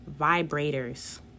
vibrators